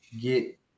get